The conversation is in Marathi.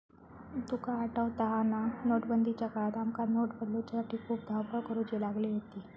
तुका आठवता हा ना, नोटबंदीच्या काळात आमका नोट बदलूसाठी खूप धावपळ करुची लागली होती